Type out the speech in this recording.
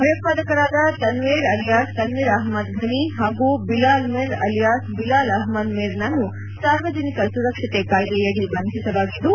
ಭಯೋತ್ಸಾದಕರಾದ Tanveer alias Tanveer Ahmad Ghani ಹಾಗೂ Bilal Mir alias Bilal Ahmad ಮಿರ್ರನ್ನು ಸಾರ್ವಜನಿಕ ಸುರಕ್ಷತೆ ಕಾಯ್ಲೆಯಡಿ ಬಂಧಿಸಲಾಗಿದ್ದು